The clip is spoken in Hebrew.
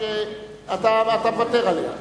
אמרת שאתה מוותר עליה.